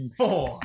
four